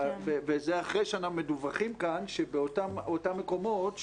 וזה אחרי שאנחנו מדווחים כאן שבאותם מקומות,